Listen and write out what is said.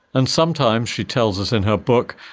and sometimes, she tells us in her book,